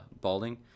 balding